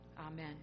Amen